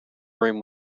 room